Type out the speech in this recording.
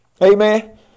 Amen